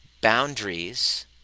boundaries